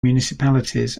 municipalities